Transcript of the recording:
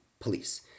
police